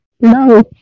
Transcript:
No